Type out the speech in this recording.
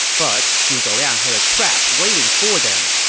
but zhuge liang had a trap waiting for them.